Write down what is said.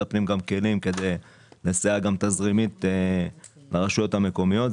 הפנים גם כלים כדי לסייע תזרימית לרשויות המקומיות.